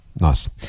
Nice